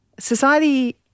Society